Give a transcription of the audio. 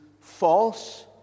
false